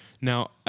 Now